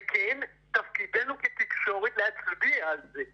כן, תפקידנו כתקשורת להצביע על זה.